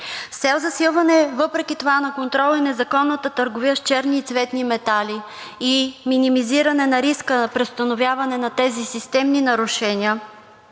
цел засилване, въпреки това, на контрола и незаконната търговия с черни и цветни метали и минимизиране на риска, преустановяване на тези системни нарушения,